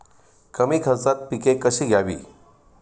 कमी खर्चात पिके कशी घ्यावी?